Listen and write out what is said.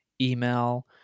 email